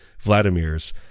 vladimir's